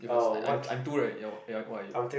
if is I I'm I'm two right ya ya what are you